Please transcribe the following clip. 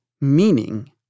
meaning